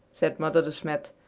said mother de smet,